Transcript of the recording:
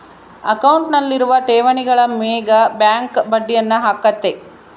ಅಕೌಂಟ್ನಲ್ಲಿರುವ ಠೇವಣಿಗಳ ಮೇಗ ಬ್ಯಾಂಕ್ ಬಡ್ಡಿಯನ್ನ ಹಾಕ್ಕತೆ